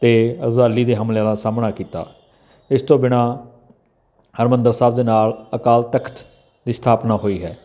ਅਤੇ ਅਬਦਾਲੀ ਦੇ ਹਮਲਿਆਂ ਦਾ ਸਾਹਮਣਾ ਕੀਤਾ ਇਸ ਤੋਂ ਬਿਨਾਂ ਹਰਿਮੰਦਰ ਸਾਹਿਬ ਦੇ ਨਾਲ ਅਕਾਲ ਤਖਤ ਦੀ ਸਥਾਪਨਾ ਹੋਈ ਹੈ